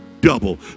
double